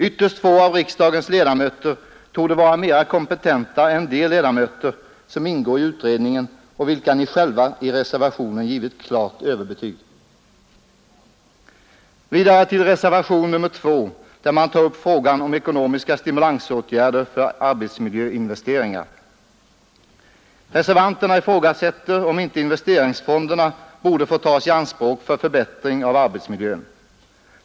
Ytterst få av riksdagens ledamöter torde vara mera kompetenta än de ledamöter som ingår i utredningen och som ni själva i reservationen givit klart överbetyg. Vidare till reservationen 2, där man tar upp frågan om ekonomiska stimulansåtgärder för arbetsmiljöinvesteringar. Reservanterna ifrågasätter om inte investeringsfonderna borde få tas i anspråk för förbättring av arbetsmiljön.